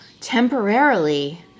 temporarily